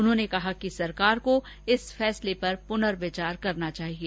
उन्होंने कहा कि सरकार को इस फैसले पर पुननिर्वचार करना चाहिए